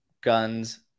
Guns